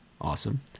awesome